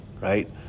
right